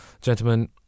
Gentlemen